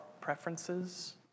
preferences